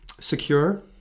Secure